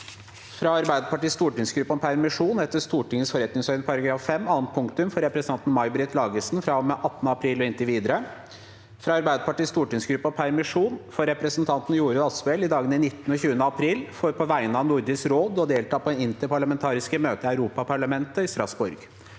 fra Arbeiderpartiets stortingsgruppe om permisjon etter Stortingets forretningsorden § 5 annet punktum for representanten Mai Britt Lagesen fra og med 18. april og inntil videre – fra Arbeiderpartiets stortingsgruppe om permisjon for representanten Jorodd Asphjell i dagene 19. og 20. april for på vegne av Nordisk råd å delta på interparlamentarisk møte i Europaparlamentet i Strasbourg.